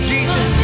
Jesus